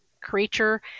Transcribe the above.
creature